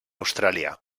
austràlia